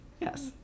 Yes